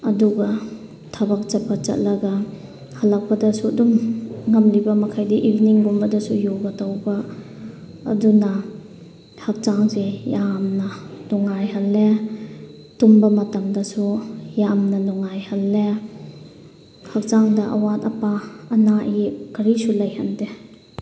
ꯑꯗꯨꯒ ꯊꯕꯛ ꯆꯠꯄ ꯆꯠꯂꯒ ꯍꯜꯂꯛꯄꯗꯁꯨ ꯑꯗꯨꯝ ꯉꯝꯂꯤꯕ ꯃꯈꯩꯗꯤ ꯏꯚꯤꯅꯤꯡꯒꯨꯝꯕꯗꯁꯨ ꯌꯣꯒꯥ ꯇꯧꯕ ꯑꯗꯨꯅ ꯍꯛꯆꯥꯡꯁꯦ ꯌꯥꯝꯅ ꯅꯨꯡꯉꯥꯏꯍꯜꯂꯦ ꯇꯨꯝꯕ ꯃꯇꯝꯗꯁꯨ ꯌꯥꯝꯅ ꯅꯨꯡꯉꯥꯏꯍꯜꯂꯦ ꯍꯛꯆꯥꯡꯗ ꯑꯋꯥꯠ ꯑꯄꯥ ꯑꯅꯥ ꯑꯌꯦꯛ ꯀꯔꯤꯁꯨ ꯂꯩꯍꯟꯗꯦ